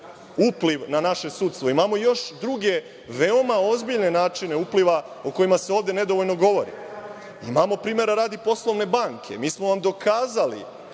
upliv na naše sudstvo. Imamo još druge veoma ozbiljne načine upliva, o kojima se ovde nedovoljno govori. Imamo primera radi poslovne banke. Mi smo vam dokazali